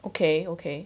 okay okay